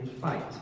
fight